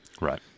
Right